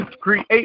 create